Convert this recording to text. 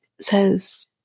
says